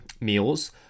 meals